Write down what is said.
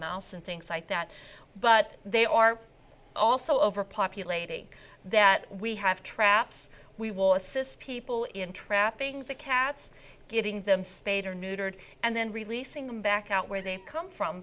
mouse and things like that but they are also overpopulating that we have traps we will assist people in trapping the cats getting them spayed or neutered and then releasing them back out where they come from